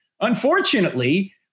Unfortunately